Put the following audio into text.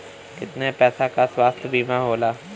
कितना पैसे का स्वास्थ्य बीमा होला?